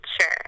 Sure